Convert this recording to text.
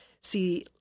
see